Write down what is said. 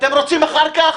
אתם רוצים אחר כך?